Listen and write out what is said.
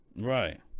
Right